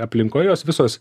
aplinkoj jos visos